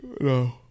No